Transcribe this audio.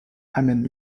amènent